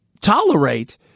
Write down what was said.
tolerate